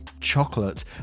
chocolate